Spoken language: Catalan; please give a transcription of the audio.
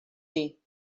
dir